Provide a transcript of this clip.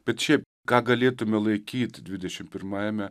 bet šiaip ką galėtume laikyt dvidešimt pirmajame